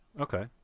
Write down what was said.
Okay